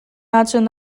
ahcun